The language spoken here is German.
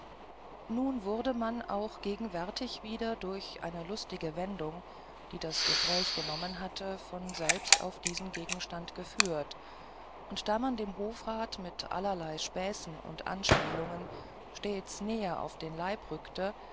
nun wurde man auch gegenwärtig wieder durch eine lustige wendung die das gespräch genommen hatte von selbst auf diesen gegenstand geführt und da man dem hofrat mit allerlei späßen und anspielungen stets näher auf den leib rückte